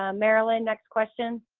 ah marilyn, next question.